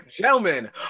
gentlemen